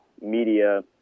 media